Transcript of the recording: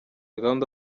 gahunda